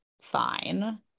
fine